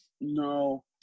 No